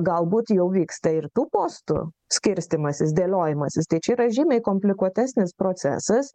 galbūt jau vyksta ir tų postų skirstymasis dėliojimasis tai čia yra žymiai komplikuotesnis procesas